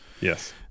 Yes